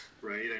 right